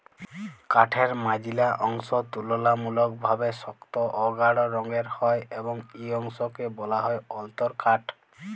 কাঠের মাইঝল্যা অংশ তুললামূলকভাবে সক্ত অ গাঢ় রঙের হ্যয় এবং ই অংশকে ব্যলা হ্যয় অল্তরকাঠ